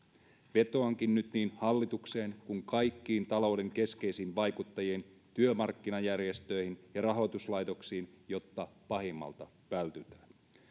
vetoankin nyt niin hallitukseen kuin kaikkiin talouden keskeisiin vaikuttajiin työmarkkinajärjestöihin ja rahoituslaitoksiin jotta pahimmalta vältytään